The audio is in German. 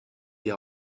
die